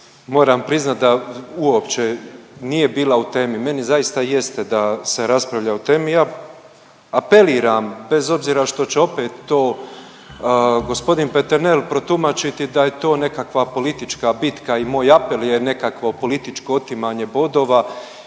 moram priznat da uopće nije bila u temi. Meni zaista jeste da se raspravlja o temi. Ja apeliram bez obzira što će opet to gospodin Peternel protumačiti da je to nekakva politička bitka i moj apel je nekakvo političko otimanje bodova